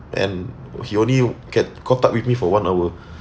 and he only get caught up with me for one hour